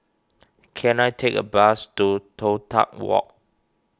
can I take a bus to Toh Tuck Walk